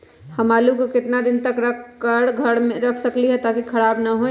हम आलु को कितना दिन तक घर मे रख सकली ह ताकि खराब न होई?